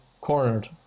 cornered